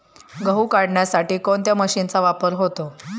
गहू काढण्यासाठी कोणत्या मशीनचा वापर होतो?